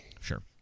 Sure